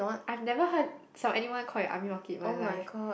I've never heard from anyone call it army market in my life